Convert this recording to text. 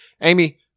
Amy